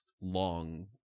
long